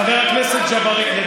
חבר הכנסת ג'בארין.